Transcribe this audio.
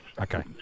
Okay